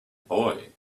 boy